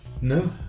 no